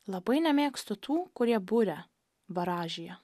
labai nemėgstu tų kurie buria varažyja